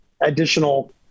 additional